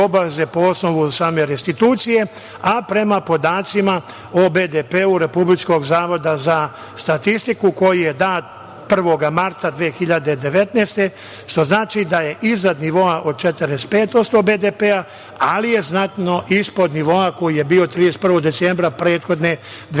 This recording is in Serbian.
po osnovu same restitucije, a prema podacima o BDP Republičkog zavoda za statistiku koji je dat 1. marta 2019. godine, što znači da je iznad nivoa od 45% BDP, ali je znatno ispod nivoa koji je bio 31. decembra prethodne 2017.